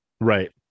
Right